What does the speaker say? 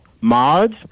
mods